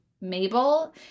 Mabel